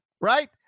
Right